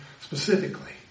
specifically